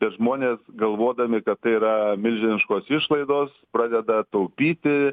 ir žmonės galvodami kad tai yra milžiniškos išlaidos pradeda taupyti